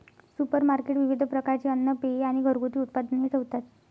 supermarket विविध प्रकारचे अन्न, पेये आणि घरगुती उत्पादने ठेवतात